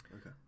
Okay